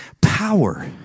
power